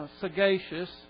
sagacious